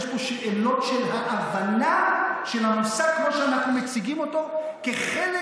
יש פה שאלות של ההבנה של המושג כמו שאנחנו מציגים אותו כחלק